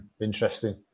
Interesting